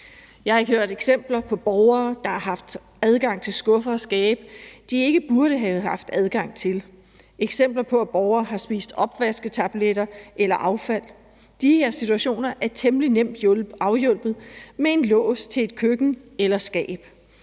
Jeg har hørt eksempler på borgere, der har haft adgang til skuffer og skabe, de ikke burde have haft adgang til, og eksempler på, at borgere har spist opvasketabletter eller affald. De her situationer er temmelig nemt afhjulpet med en lås til et køkken eller skab.